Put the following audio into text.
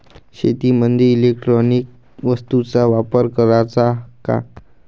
शेतीमंदी इलेक्ट्रॉनिक वस्तूचा वापर कराचा का?